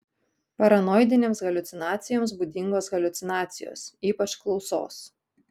paranoidinėms haliucinacijoms būdingos haliucinacijos ypač klausos